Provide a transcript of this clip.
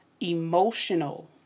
emotional